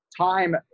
time